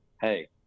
hey